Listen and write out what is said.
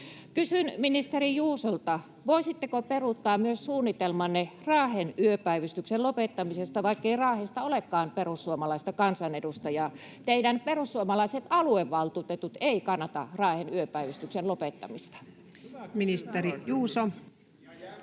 Kysyn ministeri Juusolta: Voisitteko peruuttaa myös suunnitelmanne Raahen yöpäivystyksen lopettamisesta, vaikkei Raahesta olekaan perussuomalaista kansanedustajaa? Teidän perussuomalaiset aluevaltuutetut eivät kannata Raahen yöpäivystyksen lopettamista. [Aki Lindénin